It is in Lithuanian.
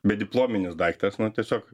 bediplominis daiktas nu tiesiog